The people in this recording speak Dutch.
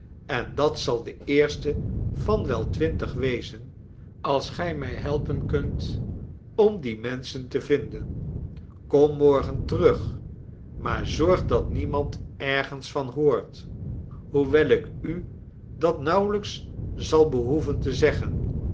en dat zal de eerste van wel twintig wezen als gij mij helpen kunt om die menschen te vinden komt morgen terug maar zorgt dat niemand ergens van hoort hoewel ik u dat nauwelijks zal behoeven te zeggen